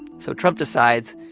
so trump decides,